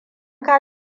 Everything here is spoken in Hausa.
ka